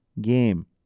game